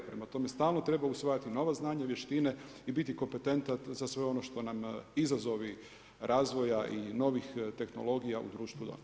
Prema tome, stalno treba usvajati nova znanja, vještine i biti kompetentan za sve ono što nam izazovu razvoja i novih tehnologija u društvu donosi.